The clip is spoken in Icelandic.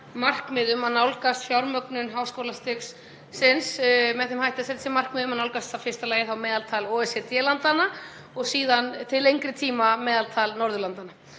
markmið um að nálgast fjármögnun háskólastigsins með þeim hætti að nálgast í fyrsta lagi meðaltal OECD-landanna og síðan til lengri tíma meðaltal Norðurlandanna.